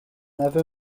aveu